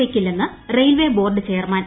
വയ്ക്കില്ലെന്ന് railway board chairman